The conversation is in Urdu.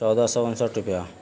چودہ سو انسٹھ روپیہ